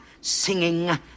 singing